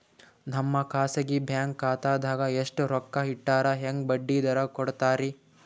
ನಮ್ಮ ಖಾಸಗಿ ಬ್ಯಾಂಕ್ ಖಾತಾದಾಗ ಎಷ್ಟ ರೊಕ್ಕ ಇಟ್ಟರ ಹೆಂಗ ಬಡ್ಡಿ ದರ ಕೂಡತಾರಿ?